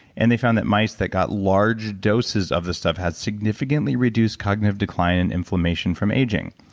and they found that mice that got large doses of this stuff has significantly reduced cognitive decline and inflammation from aging.